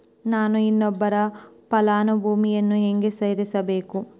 ನಾನು ಇನ್ನೊಬ್ಬ ಫಲಾನುಭವಿಯನ್ನು ಹೆಂಗ ಸೇರಿಸಬೇಕು?